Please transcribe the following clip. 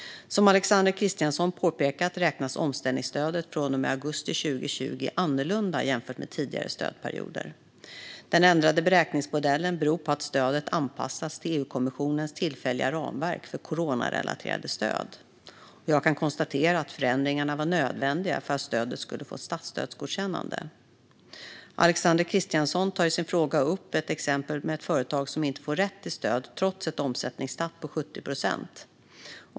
Som Alexander Christiansson påpekat beräknas omställningsstödet från och med augusti 2020 annorlunda jämfört med tidigare stödperioder. Den ändrade beräkningsmodellen beror på att stödet anpassats till EU-kommissionens tillfälliga ramverk för coronarelaterade stöd. Jag kan konstatera att förändringarna var nödvändiga för att stödet skulle få ett statsstödsgodkännande. Alexander Christiansson tar i sin fråga upp ett exempel med företag som inte får rätt till stöd trots ett omsättningstapp på 70 procent.